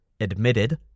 admitted